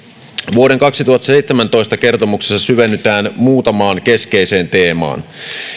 vuoden kaksituhattaseitsemäntoista kertomuksessa syvennytään muutamaan keskeiseen teemaan